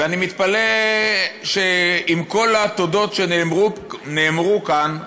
ואני מתפלא שעם כל התודות שנאמרו כאן,